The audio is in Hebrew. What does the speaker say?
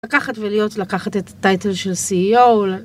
לקחת ולהיות, לקחת את הטייטל של סי-אי-או.